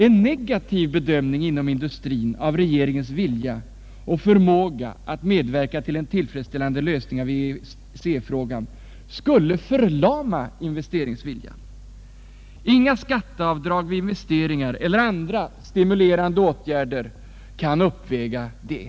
En negativ bedömning inom industrin av regeringens vilja och förmåga att medverka till en tillfredsställande lösning av EEC-frågan skulle förlama investeringsviljan. Inga skatteavdrag vid investeringar eller andra stimulerande åtgärder kan uppväga detta.